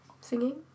singing